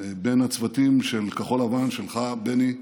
בין הצוותים של כחול לבן, שלך, בני,